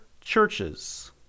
churches